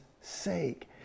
sake